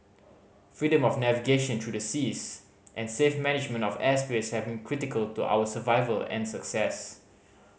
freedom of navigation through the seas and safe management of airspace seven critical to our survival and success